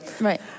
Right